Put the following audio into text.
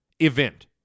event